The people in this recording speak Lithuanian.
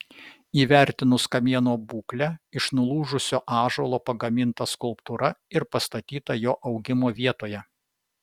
įvertinus kamieno būklę iš nulūžusio ąžuolo pagaminta skulptūra ir pastatyta jo augimo vietoje